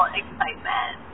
excitement